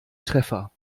treffer